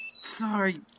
sorry